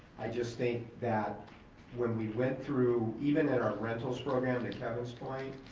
i just think that when we went through, even in our rentals program, to kevin's point,